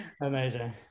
Amazing